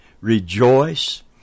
rejoice